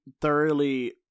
thoroughly